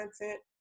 content